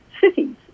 cities